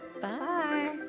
Bye